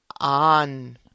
on